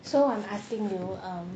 so I'm asking you um